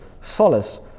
solace